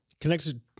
connected